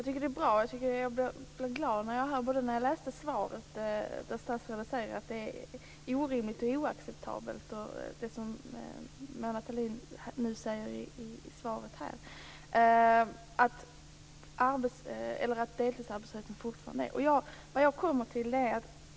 Herr talman! Jag blev glad både när jag läste svaret och när jag hörde statsrådet säga att det är orimligt och oacceptabelt att deltidsarbetslösheten fortfarande är ett stort problem.